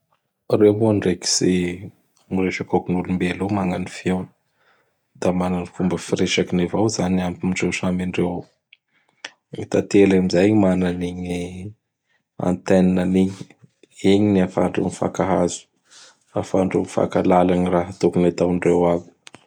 Ireo moa ndreky tsy miresaky hôkin gn ' olombelo io mana ny feony. Da mana ny fomba firesakiny avao izany amindreo samy andreo. Gny Tantely amin'izay mana anigny antenne igny. Igny ny ahafahandreo mifankahazo, ahafahandreo mifankalala ny raha tokony hataondreo aby.